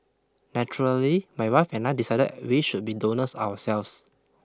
naturally my wife and I decided we should be donors ourselves